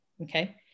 Okay